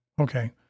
okay